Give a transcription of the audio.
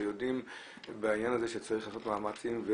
ויודעים שבעניין הזה צריך לעשות מאמצים.